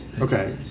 Okay